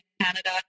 Canada